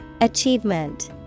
Achievement